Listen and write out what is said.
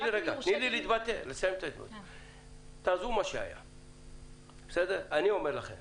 אני אומר לכם